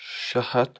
شےٚ ہَتھ